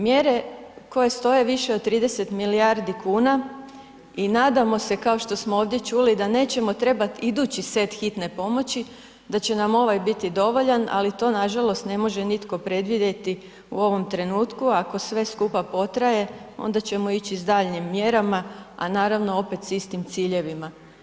Mjere koje stoje više od 30 milijardi kuna i nadamo se kao što ovdje čuli da nećemo trebati idući set hitne pomoći, da će nam ovaj biti dovoljan, ali to nažalost ne može nitko predvidjeti u ovom trenutku ako sve skupa potraje onda ćemo ići s daljnjim mjerama, a naravno opet s istim ciljevima.